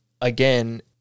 again